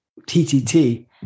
TTT